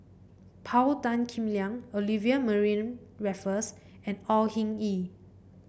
Paul Tan Kim Liang Olivia Mariamne Raffles and Au Hing Yee